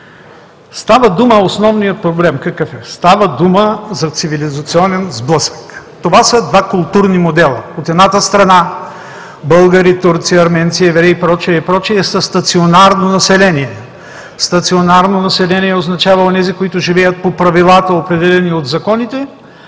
Какъв е основният проблем? Става дума за цивилизационен сблъсък. Това са два културни модела – от едната страна българи, турци, арменци, прочие и прочие, със стационарно население. „Стационарно население“ означава онези, които живеят по правила, определени от законите,